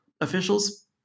officials